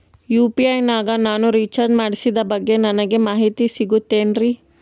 UPI ನಾಗ ನಾನು recharge ಮಾಡಿಸಿದ ಬಗ್ಗೆ ನನಗೆ ಮಾಹಿತಿ ಸಿಗುತೇನ್ರೀ?